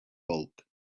bulk